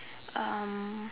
um